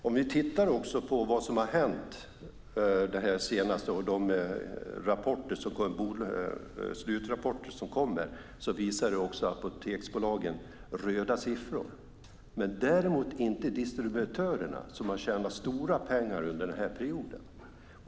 Om vi tittar på vad som har hänt senast och de slutrapporter som kommit ser vi att apoteksbolagen visar röda siffror. Det gäller däremot inte distributörerna, som har tjänat stora pengar under den här perioden.